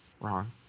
Wrong